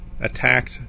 attacked